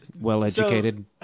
Well-educated